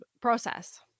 process